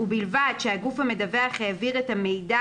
ובלבד שהגוף המדווח העביר את המידע,